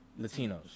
Latinos